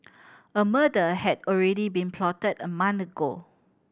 a murder had already been plotted a month ago